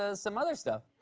ah some other stuff.